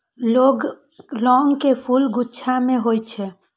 लौंग के फूल गुच्छा मे होइ छै